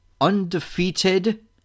undefeated